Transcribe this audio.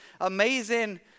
amazing